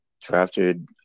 drafted